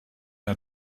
hat